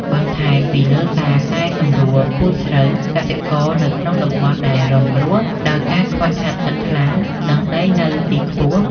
បន្ថែមពីលើការកែសម្រួលពូជស្រូវ កសិករនៅក្នុងតំបន់ដែលរងគ្រោះដោយការខ្វះខាតទឹកខ្លាំង និងដីនៅទីខ្ពស់។